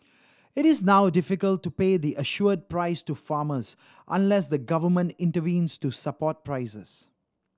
it is now difficult to pay the assured price to farmers unless the government intervenes to support prices